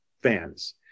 fans